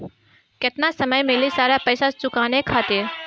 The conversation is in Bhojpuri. केतना समय मिली सारा पेईसा चुकाने खातिर?